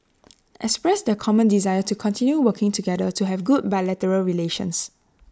expressed their common desire to continue working together to have good bilateral relations